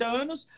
anos